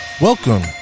Welcome